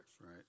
Right